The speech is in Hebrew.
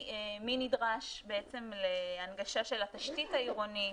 נדרש בעצם להנגשה של התשתית העירונית,